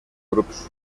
grups